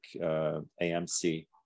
AMC